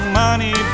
money